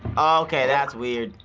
okay, that's weird.